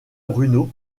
bruno